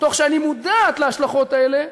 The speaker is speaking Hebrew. תוך שאני מודעת להשלכות האלה,